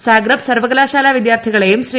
Zagreb സർവ്വകലാശാല വിദ്യാർത്ഥികളെയും ശ്രീ